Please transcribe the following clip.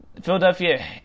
Philadelphia